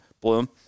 Bloom